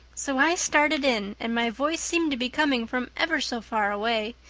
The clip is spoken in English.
so i started in, and my voice seemed to be coming from ever so far away.